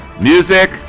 Music